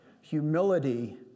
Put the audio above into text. humility